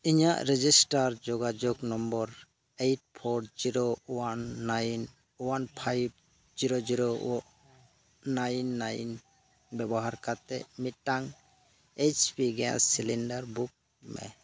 ᱤᱧᱟᱹᱜ ᱨᱮᱡᱤᱥᱴᱟᱨ ᱡᱳᱜᱟᱡᱳᱜ number eight four zero one nine one five zero zero nine nine ᱵᱮᱵᱚᱦᱟᱨ ᱠᱟᱛᱮᱫ ᱢᱤᱫᱴᱟᱝ H P gas cylinder book ᱢᱮ